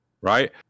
right